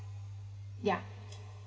ya